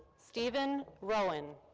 steven rohan.